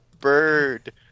Bird